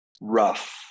rough